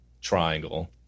triangle